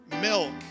milk